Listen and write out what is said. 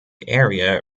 area